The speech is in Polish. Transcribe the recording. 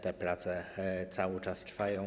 Te prace cały czas trwają.